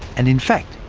and in fact,